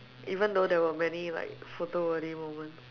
even though there were many like photo ready moment